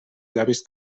llavis